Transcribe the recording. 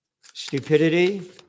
stupidity